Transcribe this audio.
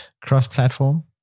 cross-platform